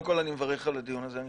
אני מברך על הדיון הזה, זה